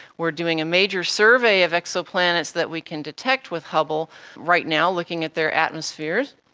we are doing a major survey of exoplanets that we can detect with hubble right now, looking at their atmospheres.